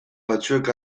batzuek